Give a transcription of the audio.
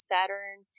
Saturn